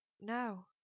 No